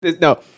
No